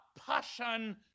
passion